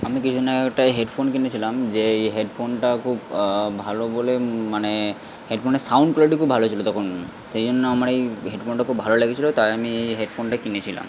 আমি কিছু দিন আগে একটা হেডফোন কিনেছিলাম যেই হেডফোনটা খুব ভালো বলে মানে হেডফোনের সাউন্ড কোয়ালিটি খুব ভালো ছিল তখন সেই জন্য আমার এই হেডফোনটা খুব ভালো লেগেছিল তাই আমি হেডফোনটা কিনেছিলাম